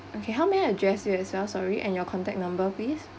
okay how may I address you as well sorry and your contact number please